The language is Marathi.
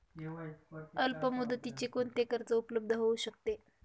अल्पमुदतीचे कोणते कर्ज उपलब्ध होऊ शकते?